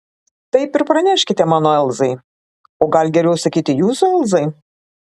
taip ir praneškite mano elzai o gal geriau sakyti jūsų elzai